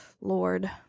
Lord